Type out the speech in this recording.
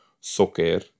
soccer